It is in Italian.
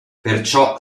perciò